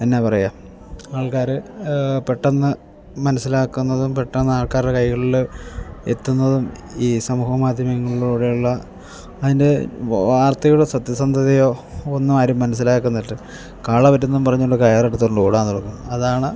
എന്നാ പറയുക ആൾക്കാർ പെട്ടെന്ന് മനസ്സിലാക്കുന്നതും പെട്ടെന്ന് ആൾക്കാരുടെ കൈകളിൽ എത്തുന്നതും ഈ സമൂഹ മാധ്യമങ്ങളിലൂടെയുള്ള അതിൻ്റെ വാർത്തയുടെ സത്യസന്ധതയോ ഒന്നും ആരും മനസ്സിലാക്കുന്നില്ല കാള പെറ്റെന്നും പറഞ്ഞുകൊണ്ട് കയറെടുത്തുകൊണ്ടോടാൻ തുടങ്ങും അതാണ്